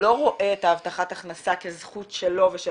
לא רואה את ההבטחת הכנסה כזכות שלו ושל